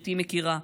גברתי מכירה,